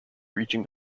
reaching